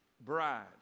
bride